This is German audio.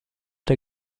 der